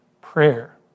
prayer